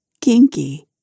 Kinky